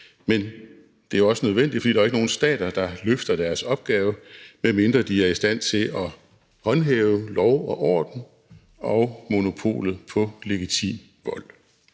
men det er også nødvendigt, for der er jo ikke nogen stater, der løfter deres opgave, medmindre de er i stand til at håndhæve lov og orden og monopolet på legitim vold.